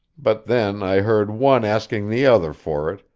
but then i heard one asking the other for it,